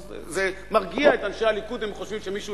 אז זה מרגיע את אנשי הליכוד אם הם חושבים שמישהו